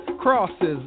crosses